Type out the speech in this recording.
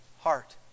heart